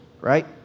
right